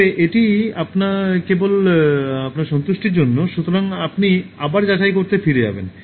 তবে এটি কেবল আপনার সন্তুষ্টির জন্য সুতরাং আপনি আবার যাচাই করতে ফিরে যাবেন